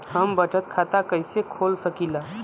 हम बचत खाता कईसे खोल सकिला?